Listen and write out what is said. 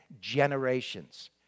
generations